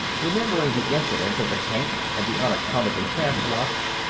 remembering the incidents of the tank and the unaccountably fast watch,